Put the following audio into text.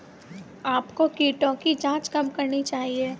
आपको कीटों की जांच कब करनी चाहिए?